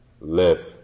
Live